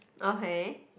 okay